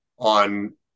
on